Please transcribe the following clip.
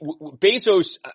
Bezos